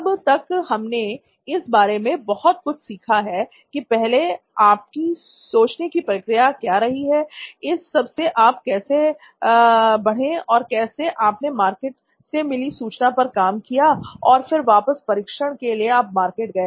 अब तक हमने इस बारे में बहुत कुछ सीखा कि पहले आपकी सोचने की प्रक्रिया क्या रही इस सब से आप आगे कैसे बढ़े और कैसे आपने मार्केट से मिली सूचना पर काम किया और फिर वापस परीक्षण के लिए मार्केट गए